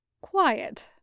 quiet